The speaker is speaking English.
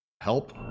help